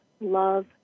love